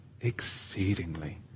exceedingly